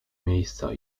miejsca